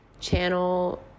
channel